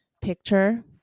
picture